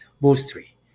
mostly